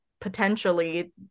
potentially